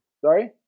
Sorry